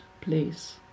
place